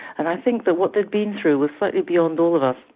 and i think that what they'd been through was slightly beyond all of us.